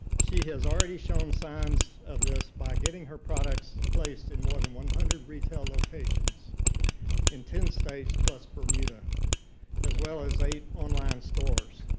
she has already shown signs of this by getting her products placed in more than one hundred retail locations in ten states plus bermuda as well as eight online stores.